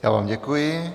Já vám děkuji.